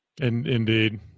Indeed